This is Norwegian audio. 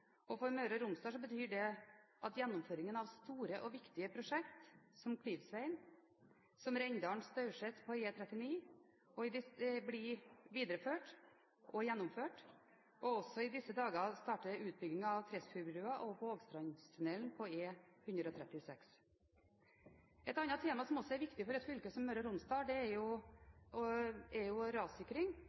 For Møre og Romsdal betyr det at gjennomføringen av store og viktige prosjekter som Kvivsvegen og Renndalen-Staurset på E39 vil bli videreført og gjennomført. I disse dager starter også utbyggingen av Tresfjordbrua og Vågstrandstunnelen på E136. Et annet tema som også er viktig for et fylke som Møre og Romsdal, er rassikring. Nasjonal transportplan innebærer også en sterk satsing på rassikringstiltak, og